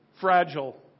fragile